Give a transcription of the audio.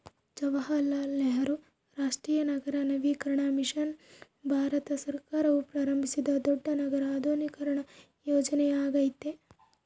ಜವಾಹರಲಾಲ್ ನೆಹರು ರಾಷ್ಟ್ರೀಯ ನಗರ ನವೀಕರಣ ಮಿಷನ್ ಭಾರತ ಸರ್ಕಾರವು ಪ್ರಾರಂಭಿಸಿದ ದೊಡ್ಡ ನಗರ ಆಧುನೀಕರಣ ಯೋಜನೆಯ್ಯಾಗೆತೆ